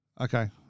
Okay